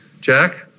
Jack